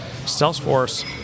Salesforce